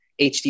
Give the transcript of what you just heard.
HD